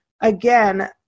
again